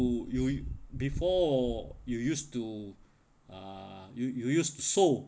you you you before you used to uh you you used sew